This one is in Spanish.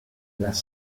las